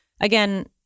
Again